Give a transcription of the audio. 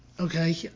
Okay